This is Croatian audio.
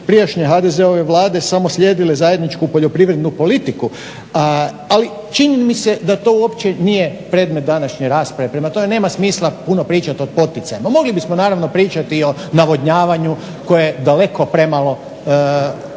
prijašnje HDZ-ove vlade samo slijedile zajedničku poljoprivrednu politiku, ali čini mi se da to uopće nije predmet današnje rasprave, prema tome nema smisla puno pričati o poticajima. Pa mogli bismo naravno pričati i o navodnjavanju koje je daleko premalo